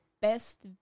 best